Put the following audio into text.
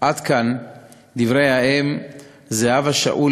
עד כאן דברי האם זהבה שאול,